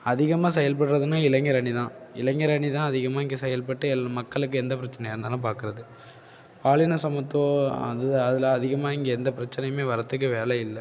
அதிகமாக செயல்படுறதுமே இளைஞர் அணிதான் இளைஞர் அணிதான் அதிகமாக இங்கே செயல்பட்டு மக்களுக்கு எந்த பிரச்சனையாக இருந்தாலும் பாக்கிறது பாலின சமத்துவம் அது அதில் அதிகமாக இங்கே எந்த பிரச்சனையும் வர்றதுக்கு வேலை இல்லை